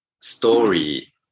story